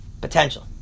potential